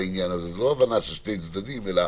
זה לא הבנה בין שני צדדים אלא